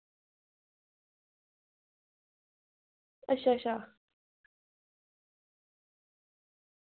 अच्छा अच्छा